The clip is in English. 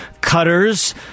Cutters